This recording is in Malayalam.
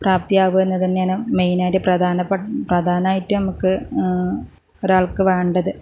പ്രാപ്തിയാവുക എന്നത് തന്നെയാണ് മെയിനായിട്ട് പ്രധാനമായിട്ട് നമുക്ക് ഒരാൾക്ക് വേണ്ടത്